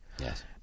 Yes